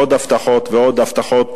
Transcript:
עוד הבטחות ועוד הבטחות,